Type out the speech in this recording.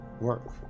work